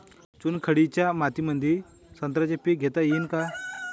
चुनखडीच्या मातीमंदी संत्र्याचे पीक घेता येईन का?